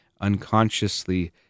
unconsciously